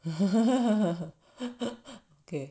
okay